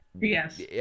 Yes